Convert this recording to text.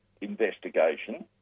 investigation